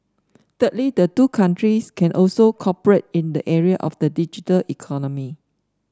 thirdly the two countries can also cooperate in the area of the digital economy